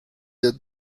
yet